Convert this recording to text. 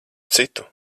citu